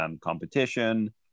competition